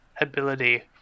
ability